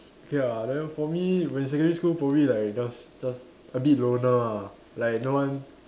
ya then for me basically school probably like just just a bit loner ah like no one